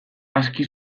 aski